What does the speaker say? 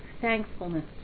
thankfulness